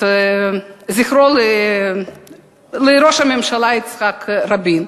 זכרו של ראש הממשלה יצחק רבין,